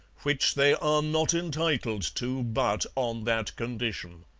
which they are not entitled to but on that condition